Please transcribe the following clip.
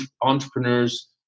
Entrepreneurs